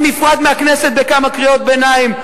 והוא נפרד מהכנסת בכמה קריאות ביניים,